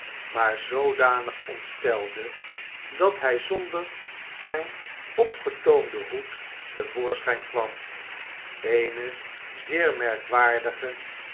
maar zoodanig ontstelde dat hij zonder zijn opgetoomden hoed te voorschijn kwam eene zeer merkwaardige